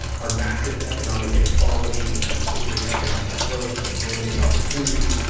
our massive economic inequality is inhibiting economic growth and limiting opportunity.